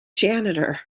janitor